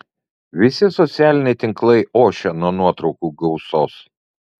visi socialiniai tinklai ošia nuo nuotraukų gausos